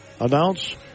announce